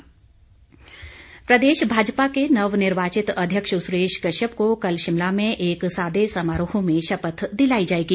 भाजपा अध्यक्ष प्रदेश भाजपा के नवनिर्वाचित अध्यक्ष सुरेश कश्यप को कल शिमला में एक सादे समारोह में शपथ दिलाई जाएगी